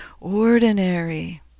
ordinary